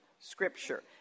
scripture